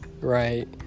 right